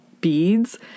beads